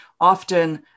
often